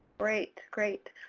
great, great.